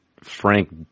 Frank